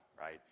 right